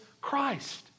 Christ